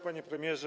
Panie Premierze!